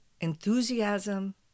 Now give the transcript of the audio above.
enthusiasm